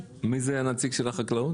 מי זה הנציג של משרד החקלאות?